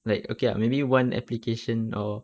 like okay ah maybe one application or